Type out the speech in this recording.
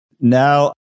Now